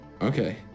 Okay